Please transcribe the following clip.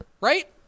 right